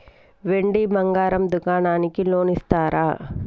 వెండి బంగారం దుకాణానికి లోన్ ఇస్తారా?